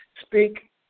speak